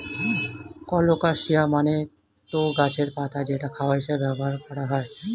colocasia মানে তো গাছের পাতা যেটা খাবার হিসেবে ব্যবহার করা হয়